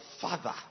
father